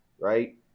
right